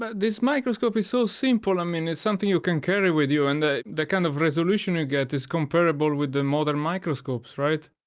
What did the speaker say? but this microscope is so simple. um and it's something you can carry with you and the the kind of resolution you get is comparable with the modern microscopes, right?